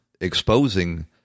exposing